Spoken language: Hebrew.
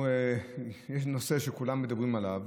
יש נושא שכולם מדברים עליו